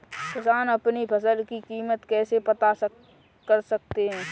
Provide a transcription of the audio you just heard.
किसान अपनी फसल की कीमत कैसे पता कर सकते हैं?